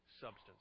substance